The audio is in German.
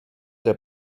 der